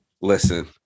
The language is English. Listen